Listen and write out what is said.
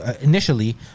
Initially